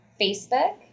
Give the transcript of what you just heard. Facebook